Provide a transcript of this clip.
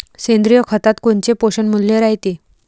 सेंद्रिय खतात कोनचे पोषनमूल्य रायते?